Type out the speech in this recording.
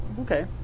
okay